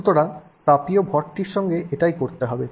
সুতরাং তাপীয় ভরটির সঙ্গে এটাই করতে হবে